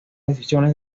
decisiones